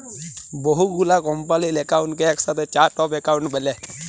বহু গুলা কম্পালির একাউন্টকে একসাথে চার্ট অফ একাউন্ট ব্যলে